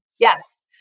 Yes